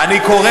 כמה?